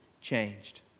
changed